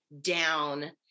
down